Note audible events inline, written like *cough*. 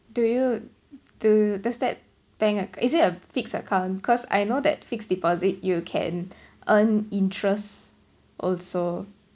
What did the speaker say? do you do does that bank acc~ is it a fixed account cause I know that fixed deposit you can *breath* earn interest also